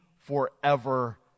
forever